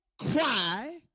Cry